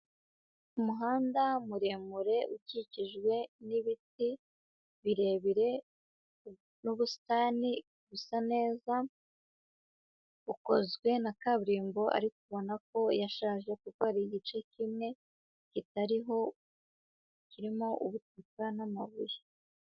Umuhanda muremure ukikijwe n'ibiti birebire n'ubusitani busa neza, ukozwe na kaburimbo ariko ubona ko yashaje kuko hari igice kimwe itariho, kirimo ubutaka n'amabuye.